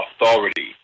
authority